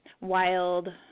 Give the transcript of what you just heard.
wild